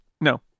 No